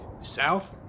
South